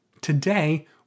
Today